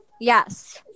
Yes